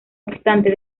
obstante